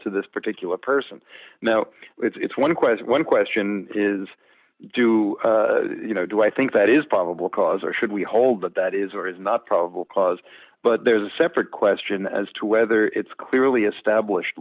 to this particular person now it's one question one question is do you know do i think that is probable cause or should we hold that that is or is not probable cause but there's a separate question as to whether it's clearly established